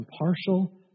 impartial